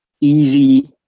easy